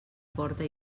porta